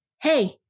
Hey